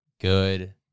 good